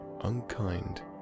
unkind